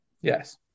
Yes